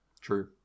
True